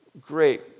great